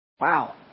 wow